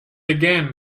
again